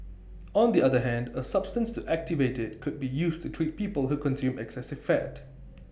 on the other hand A substance to activate IT could be used to treat people who consume excessive fat